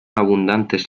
abundantes